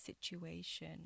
situation